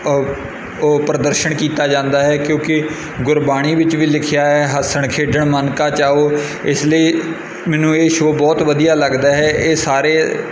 ਉਹ ਪ੍ਰਦਰਸ਼ਨ ਕੀਤਾ ਜਾਂਦਾ ਹੈ ਕਿਉਂਕਿ ਗੁਰਬਾਣੀ ਵਿੱਚ ਵੀ ਲਿਖਿਆ ਹੈ ਹੱਸਣ ਖੇਡਣ ਮਨ ਕਾ ਚਾਉ ਇਸ ਲਈ ਮੈਨੂੰ ਇਹ ਸ਼ੋਅ ਬਹੁਤ ਵਧੀਆ ਲੱਗਦਾ ਹੈ ਇਹ ਸਾਰੇ